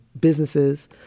businesses